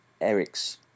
Eric's